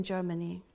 Germany